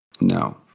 No